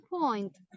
point